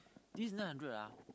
this nine hundred ah